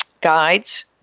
guides